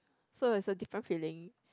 so that's a different feeling